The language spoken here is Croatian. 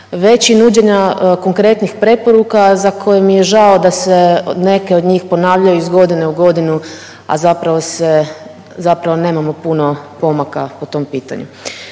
već i nuđenja konkretnih preporuka za koje mi je žao da se neke od njih ponavljaju iz godine u godinu, a zapravo se, zapravo nemamo puno pomaka po tom pitanju.